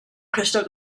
crystal